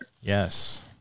Yes